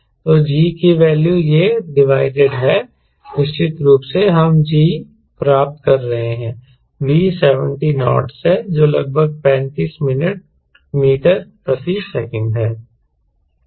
तो G की value यह डिवाइडेड है निश्चित रूप से हम G प्राप्त कर रहे हैं V 70 नॉट है जो लगभग 35 मीटर प्रति सेकंड है